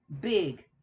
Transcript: big